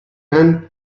and